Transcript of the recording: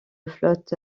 flotte